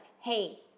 hey